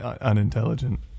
unintelligent